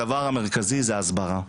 הדבר המרכזי זה הסברה.